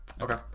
okay